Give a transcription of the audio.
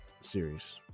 series